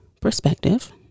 perspective